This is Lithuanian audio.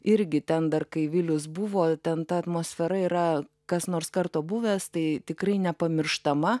irgi ten dar kai vilius buvo ten ta atmosfera yra kas nors karto buvęs tai tikrai nepamirštama